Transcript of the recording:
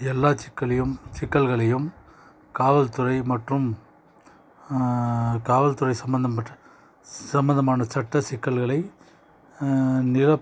எல்லா சிக்கலையும் சிக்கல்களையும் காவல்துறை மற்றும் காவல்துறை சம்பந்தப்பட்ட சம்பந்தமான சட்ட சிக்கல்களை நிரப்